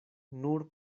nur